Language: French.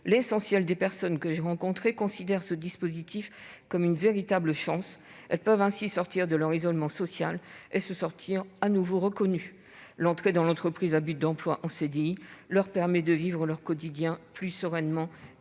L'essentiel des personnes que j'ai rencontrées considère ce dispositif comme une véritable chance : elles peuvent ainsi sortir de leur isolement social et se sentir de nouveau reconnues. L'entrée dans l'entreprise à but d'emploi en CDI leur permet de vivre leur quotidien plus sereinement